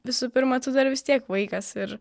visų pirma tu dar vis tiek vaikas ir